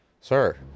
sir